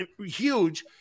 huge